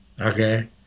okay